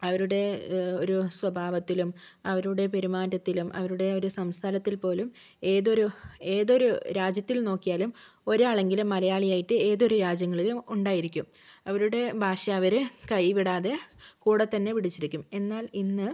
അവരുടെ ഒരു സ്വഭാവത്തിലും അവരുടെ പെരുമാറ്റത്തിലും അവരുടെ ഒരു സംസാരത്തിൽപ്പോലും ഏതൊരു ഏതൊരു രാജ്യത്തിൽ നോക്കിയാലും ഒരാളെങ്കിലും മലയാളിയായിട്ട് ഏതൊരു രാജ്യങ്ങളിലും ഉണ്ടായിരിക്കും അവരുടെ ഭാഷ അവര് കൈവിടാതെ കൂടെത്തന്നെ പിടിച്ചിരിക്കും എന്നാൽ ഇന്ന്